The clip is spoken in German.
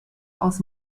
aus